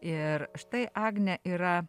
ir štai agnė yra